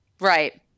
Right